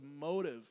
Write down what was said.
motive